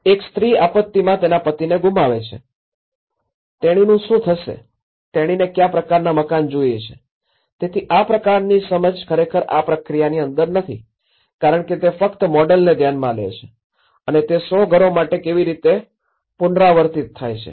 એક સ્ત્રી આપત્તિમાં તેના પતિને ગુમાવે છે તેણીનું શું થશે તેણીને કયા પ્રકારનું મકાન જોઈએ છે તેથી આ પ્રકારની સમજ ખરેખર આ પ્રક્રિયાની અંદર નથી કારણ કે તે ફક્ત મોડેલને ધ્યાનમાં લે છે અને તે ૧૦૦ ઘરો માટે કેવી રીતે પુનરાવર્તિત થાય છે